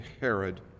Herod